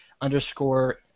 underscore